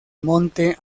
monte